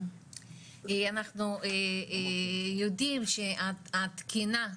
אנחנו יודעים שהתקינה,